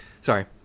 sorry